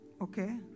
Okay